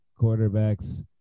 quarterbacks